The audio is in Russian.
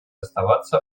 оставаться